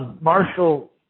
Marshall